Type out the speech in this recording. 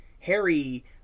Harry